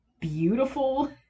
beautiful